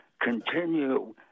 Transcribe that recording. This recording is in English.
continue